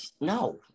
no